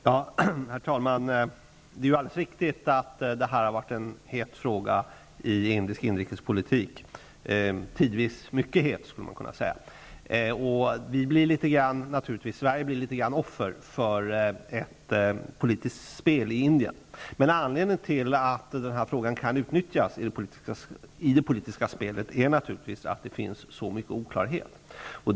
Herr talman! Det är alldeles riktigt att detta har varit en het fråga i indisk inrikespolitik, tidvis mycket het, skulle man kunna säga. Sverige blir litet grand ett offer för ett politiskt spel i Indien. Men anledningen till att frågan kan utnyttjas i det politiska spelet i Indien är naturligtvis att det finns så många oklarheter.